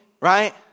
right